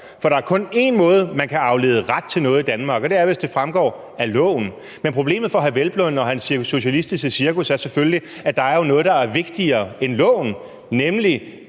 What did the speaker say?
for der er kun én måde, man kan aflede ret til noget i Danmark på, og det er, hvis det fremgår af loven. Men problemet for hr. Peder Hvelplund og hans socialistiske cirkus er selvfølgelig, at der jo er noget, der er vigtigere end loven, nemlig